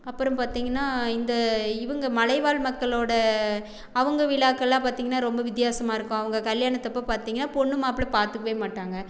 அப்புறம் பார்த்திங்கனா இந்த இவங்க மலைவாழ் மக்களோட அவங்க விழாக்களெலாம் பார்த்திங்கனா ரொம்ப வித்தியாசமாக இருக்கும் அவங்க கல்யாணத்தப்போது பார்த்திங்கனா பொண்ணு மாப்ளை பார்த்துக்கவே மாட்டாங்க